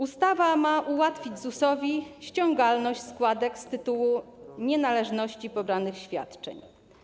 Ustawa ma ułatwić ZUS ściągalność składek z tytułu nienależności pobranych świadczeń.